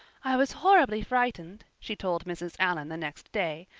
i was horribly frightened, she told mrs. allan the next day,